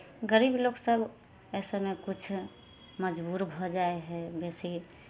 गरीब लोक सभ अइसेमे किछु मजबूर भऽ जाइ हइ बेसी